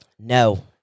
No